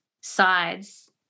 sides